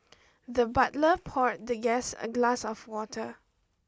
the butler poured the guest a glass of water